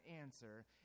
answer